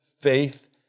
faith